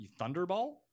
Thunderball